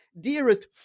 dearest